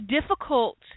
difficult